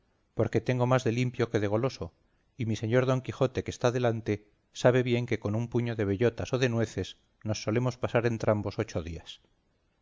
porque tengo más de limpio que de goloso y mi señor don quijote que está delante sabe bien que con un puño de bellotas o de nueces nos solemos pasar entrambos ocho días